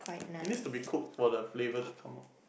it needs to be cooked for the flavour to come out